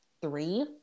three